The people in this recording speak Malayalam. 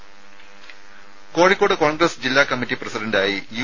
രുമ കോഴിക്കോട് കോൺഗ്രസ് ജില്ലാ കമ്മിറ്റി പ്രസിഡന്റായി യു